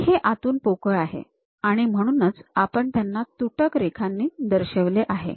आणि हे आतून पोकळ आहे आणि म्हणूनच आपण त्यांना तुटक रेषांनी दाखवले आहे